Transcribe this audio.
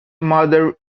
mother